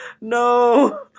No